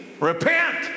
Repent